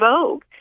Vogue